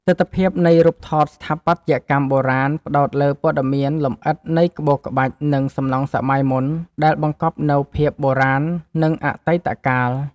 ទិដ្ឋភាពនៃរូបថតស្ថាបត្យកម្មបុរាណផ្ដោតលើព័ត៌មានលម្អិតនៃក្បូរក្បាច់ និងសំណង់សម័យមុនដែលបង្កប់នូវភាពបុរាណ និងអតីតកាល។